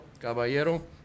Caballero